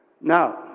now